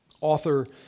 Author